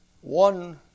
one